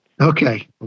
Okay